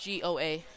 GOA